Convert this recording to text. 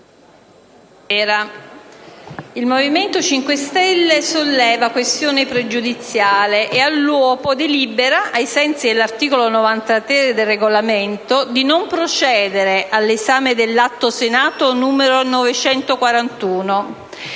il Movimento 5 Stelle solleva questione pregiudiziale e all'uopo propone di deliberare, ai sensi dell'articolo 93 del Regolamento, di non procedere all'esame dell'atto Senato n. 941,